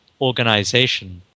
organization